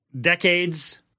decades